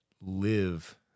live